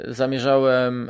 zamierzałem